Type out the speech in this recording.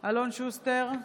אלון שוסטר,